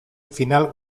final